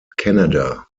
canada